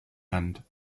and